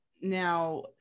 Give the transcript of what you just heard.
now